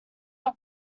your